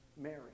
Mary